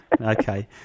Okay